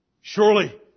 surely